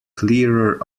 clearer